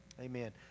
Amen